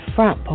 Front